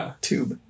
tube